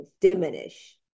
diminish